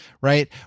right